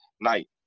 night